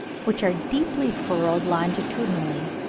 which are deeply furrowed longitudinally,